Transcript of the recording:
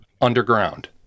underground